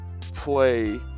play